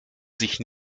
sich